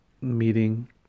meeting